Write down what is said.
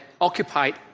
occupied